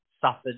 suffered